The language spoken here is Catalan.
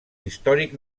històric